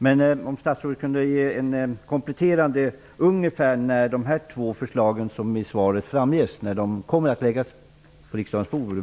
Kan statsrådet komplettera sitt svar med att ange ungefär när dessa förslag skall läggas på riksdagens bord?